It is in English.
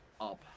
up